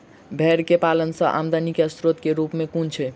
भेंर केँ पालन सँ आमदनी केँ स्रोत केँ रूप कुन छैय?